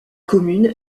commune